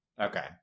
Okay